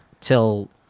Till